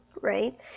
right